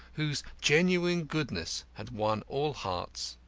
whose genuine goodness had won all hearts.